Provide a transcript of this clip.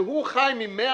כשהוא חי מ-100,